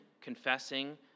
confessing